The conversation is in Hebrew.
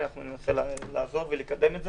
שיש לנו ננסה לעזור ולקדם את זה.